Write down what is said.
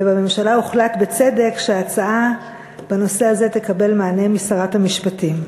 ובממשלה הוחלט בצדק שההצעה בנושא הזה תקבל מענה משרת המשפטים.